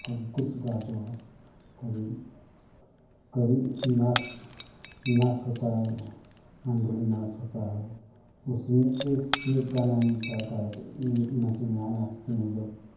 कभी कुछ गा दो कभी कभी नाच नाच होता है मंडली नाच होता है उसमें एक से एक गाना मिलता है गायक नचनियाँ नाचती हैं जब